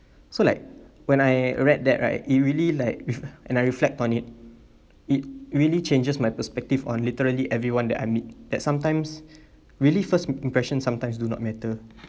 so like when I read that right it really like and I reflect on it it really changes my perspective on literally everyone that I meet that sometimes really first impression sometimes do not matter